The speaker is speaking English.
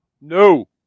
No